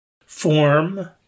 Form